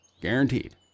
Guaranteed